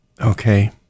Okay